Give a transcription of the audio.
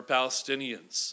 Palestinians